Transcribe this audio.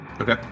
Okay